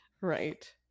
right